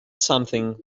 something